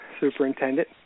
superintendent